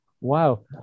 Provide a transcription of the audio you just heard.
Wow